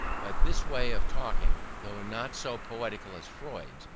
but this way of talking, though not so poetical as freud's,